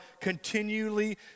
continually